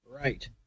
right